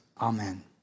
amen